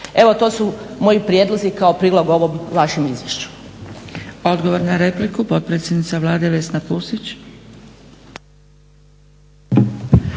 Evo to su moji prijedlozi kao prilog ovom vašem izvješću.